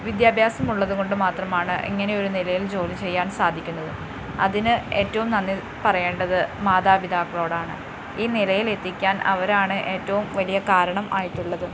വിദ്യാഭ്യാസം ഉള്ളതുകൊണ്ട് മാത്രമാണ് ഇങ്ങനെയൊരു നിലയിൽ ജോലി ചെയ്യാൻ സാധിക്കുന്നത് അതിന് ഏറ്റവും നന്ദി പറയേണ്ടത് മാതാപിതാക്കളോടാണ് ഈ നിലയിൽ എത്തിക്കാൻ അവരാണ് ഏറ്റവും വലിയ കാരണം ആയിട്ടുള്ളത്